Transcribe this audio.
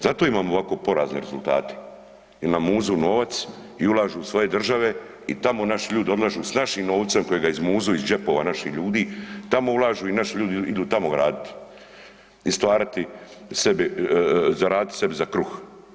Zato imamo ovako porazne rezultate jer nam muzu novac i ulažu u svoje države i tamo naši ljudi odlaze s našim novcem kojega izmuzu iz džepova naših ljudi, tamo ulažu i naši ljudi idu tamo raditi i stvarati sebi, zaraditi sebi za kruh.